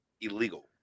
illegal